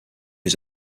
was